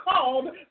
called